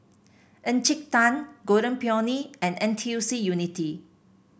Encik Tan Golden Peony and N T U C Unity